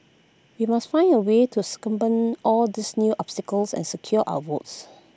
we must find A way to circumvent all these new obstacles and secure our votes